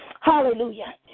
Hallelujah